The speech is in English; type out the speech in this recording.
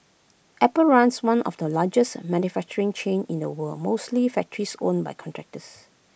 apple runs one of the largest manufacturing chain in the world mostly factories owned by contractors